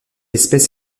espèce